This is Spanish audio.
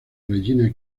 regina